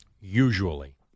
usually